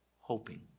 hoping